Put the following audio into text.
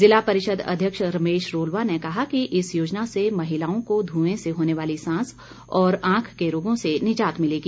जिला परिषद अध्यक्ष रमेश रोलवा ने कहा है कि इस योजना से महिलाओं को धुएं से होने वाली सांस और आंख के रोगों से निजात मिलेगी